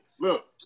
look